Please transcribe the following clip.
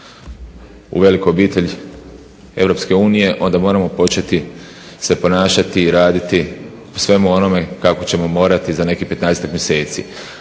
u veliku obitelj EU onda moramo početi se ponašati i raditi u svemu onome kako ćemo morati za nekih 15-ak mjeseci.